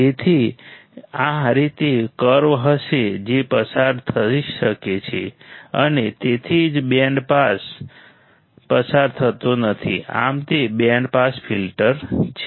તેથી તે આ રીતે કર્વ હશે જે પસાર થઈ શકે છે અને તેથી જ બેન્ડ પસાર થતો નથી આમ તે બેન્ડ પાસ ફિલ્ટર છે